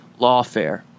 lawfare